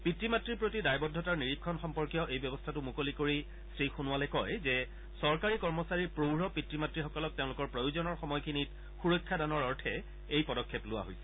পিতৃ মাতৃৰ প্ৰতি দায়বদ্ধতাৰ নিৰীক্ষণ সম্পৰ্কীয় এই ব্যৱস্থাটো মুকলি কৰি শ্ৰীসোণোৱালে কয় যে চৰকাৰী কৰ্মচাৰীৰ প্ৰৌঢ় পিতৃ মাতৃসকলক তেওঁলোকৰ প্ৰয়োজনৰ সময়খিনিত সুৰক্ষা দানৰ অৰ্থে এই পদক্ষেপ লোৱা হৈছে